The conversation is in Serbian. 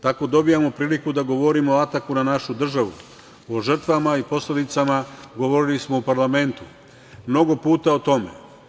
Tako dobijamo priliku da govorimo o ataku na našu državu, o žrtvama i posledicama govorili smo u parlamentu mnogo puta o tome.